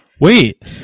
Wait